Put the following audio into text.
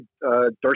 Darcy